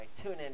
TuneIn